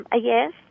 yes